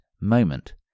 moment